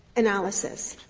analysis.